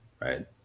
right